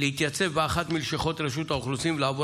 להתייצב באחת מלשכות רשות האוכלוסין ולעבור